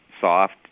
soft